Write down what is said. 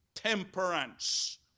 Temperance